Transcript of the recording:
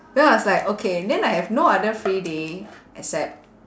then I was like okay then I have no other free day except